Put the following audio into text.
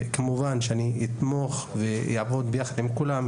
וכמובן שאני אתמוך ואעבוד ביחד עם כולם.